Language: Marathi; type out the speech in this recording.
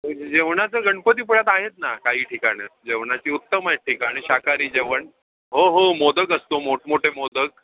जेवणाचं गणपतीपुळ्यात आहेत ना काही ठिकाणं जेवणाची उत्तम आहेत ठिकाणं शाकाहारी जेवण हो हो मोदक असतो मोठमोठे मोदक